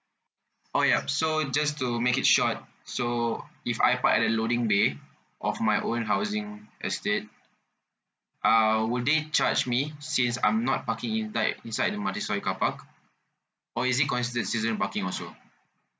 orh ya so just to make it short so if I park at the loading bay of my own housing estate uh would they charge me since I'm not parking inside inside the multistorey car park or is it considered a seasonal parking also